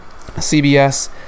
cbs